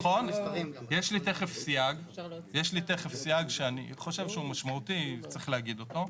יש לי תיכף סייג שאני חושב שהוא משמעותי וצריך להגיד אותו.